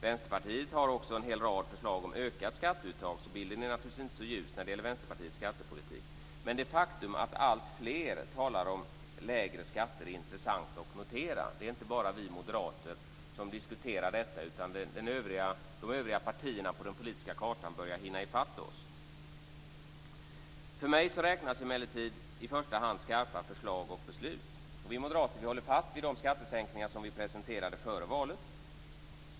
Vänsterpartiet har också en hel rad av förslag till ökat skatteuttag, så bilden är inte så ljus när det gäller Vänsterpartiets skattepolitik. Men det faktum att alltfler talar om lägre skatter är intressant att notera. Det är inte bara vi moderater som diskuterar detta, utan de övriga partierna på den politiska kartan börjar hinna i fatt oss. För mig räknas emellertid i första hand skarpa förslag och beslut. Vi moderater håller fast vid de förslag till skattesänkningar som vi presenterade före valet.